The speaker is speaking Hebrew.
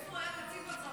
בן צור היה קצין בצבא.